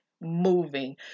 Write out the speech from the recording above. moving